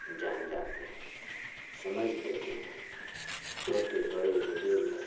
जान जाते हैं समझ लेते हैं छोटे बड़े बुजुर्ग